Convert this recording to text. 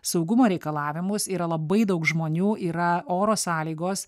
saugumo reikalavimus yra labai daug žmonių yra oro sąlygos